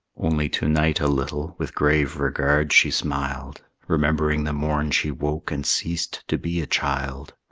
only to-night a little with grave regard she smiled, remembering the morn she woke and ceased to be a child.